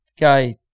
guy